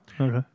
okay